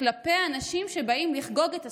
כלפי אנשים שבאים לחגוג את הספורט,